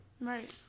Right